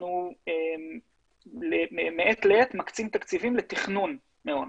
אנחנו מעת לעת מקצים תקציבים לתכנון מעונות,